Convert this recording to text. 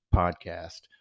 podcast